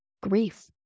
grief